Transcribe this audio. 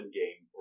game